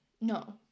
No